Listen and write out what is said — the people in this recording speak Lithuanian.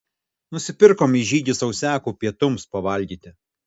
nusipirkom į žygį sausiakų pietums pavalgyti